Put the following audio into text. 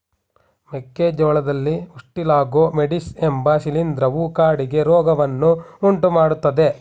ಮೆಕ್ಕೆ ಜೋಳದಲ್ಲಿ Ustilago maydis ಎಂಬ ಶಿಲೀಂಧ್ರವು ಕಾಡಿಗೆ ರೋಗವನ್ನು ಉಂಟುಮಾಡ್ತದೆ